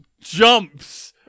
jumps